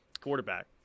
quarterback